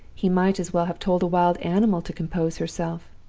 he might as well have told a wild animal to compose herself.